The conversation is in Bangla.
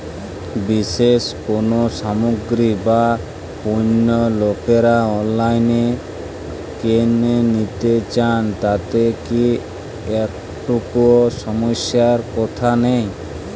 বিশেষ কোনো সামগ্রী বা পণ্য লোকেরা অনলাইনে কেন নিতে চান তাতে কি একটুও সমস্যার কথা নেই?